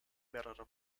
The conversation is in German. mehrere